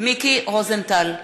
מיקי רוזנטל,